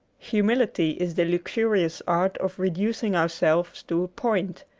humility is the luxurious art of reducing ourselves to a point,